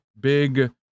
big